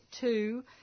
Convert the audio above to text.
two